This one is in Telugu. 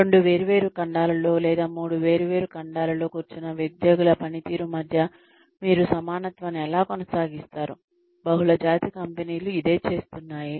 రెండు వేర్వేరు ఖండాలలో లేదా మూడు వేర్వేరు ఖండాలలో కూర్చున్న ఉద్యోగుల పనితీరు మధ్య మీరు సమానత్వాన్ని ఎలా కొనసాగిస్తారు బహుళజాతి కంపెనీలు ఇదే చేస్తున్నాయి